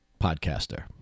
podcaster